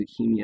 leukemia